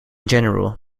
general